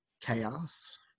chaos